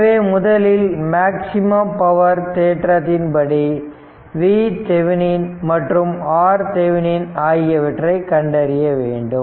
எனவே முதலில் maximum power தேற்றத்தின் படி VThevenin மற்றும் RThevenin ஆகியவற்றை கண்டறிய வேண்டும்